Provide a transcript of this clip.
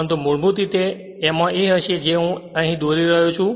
પરંતુ મૂળભૂત રીતે તેમાં એ હશે જે હું તેને અહીં દોરી રહ્યો છું